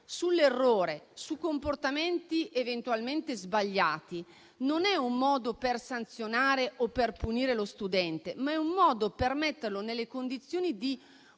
sull'errore, su comportamenti eventualmente sbagliati, non è un modo per sanzionare o per punire lo studente: è un modo per metterlo nelle condizioni di